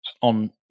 on